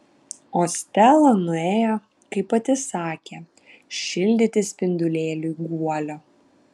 o stela nuėjo kaip pati sakė šildyti spindulėliui guolio